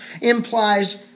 implies